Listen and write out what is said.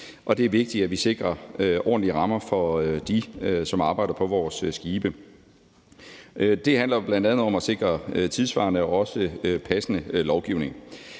det er vigtigt, at vi sikrer ordentlige rammer for dem, som arbejder på vores skibe. Det handler bl.a. om at sikre tidssvarende og også passende lovgivning.